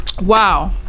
Wow